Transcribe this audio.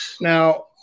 Now